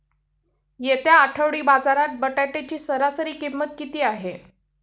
येत्या आठवडी बाजारात बटाट्याची सरासरी किंमत किती आहे?